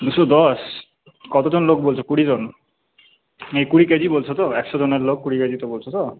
দুশো দশ কতজন লোক বলছ কুড়ি জন ইয়ে কুড়ি কেজি বলছ তো একশো জনের লোক কুড়ি কেজি তো বলছো তো